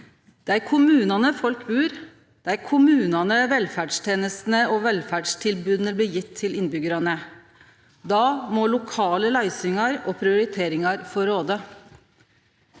Det er i kommunane folk bur, det er i kommunane velferdstenestene og velferdstilboda blir gjevne til innbyggjarane. Då må lokale løysingar og prioriteringar få råde.